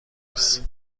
نیست